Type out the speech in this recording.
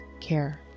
care